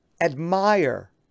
admire